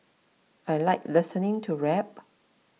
I like listening to rap